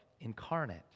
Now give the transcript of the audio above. incarnate